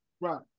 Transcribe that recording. Right